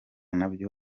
ntabyo